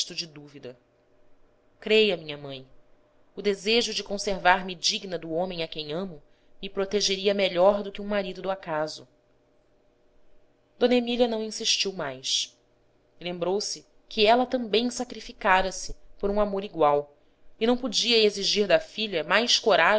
de dúvida creia minha mãe o desejo de conservar-me digna do homem a quem amo me protegeria melhor do que um marido do acaso d emília não insistiu mais lembrou-se que ela também sacrificara-se por um amor igual e não podia exigir da filha mais